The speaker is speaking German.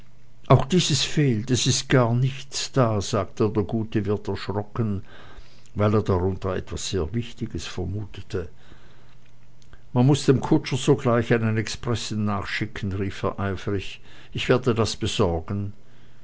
auch dieses fehlt es ist gar nichts da sagte der gute wirt erschrocken weil er darunter etwas sehr wichtiges vermutete man muß dem kutscher sogleich einen expressen nachschicken rief er eifrig ich werde das besorgen